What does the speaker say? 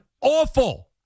awful